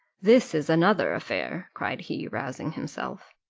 this is another affair, cried he, rousing himself.